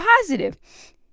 positive